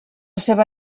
seva